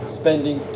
spending